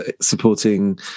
supporting